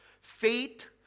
Faith